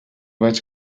vaig